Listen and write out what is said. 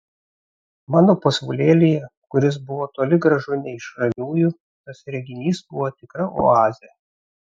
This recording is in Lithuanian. mano pasaulėlyje kuris buvo toli gražu ne iš ramiųjų tas reginys buvo tikra oazė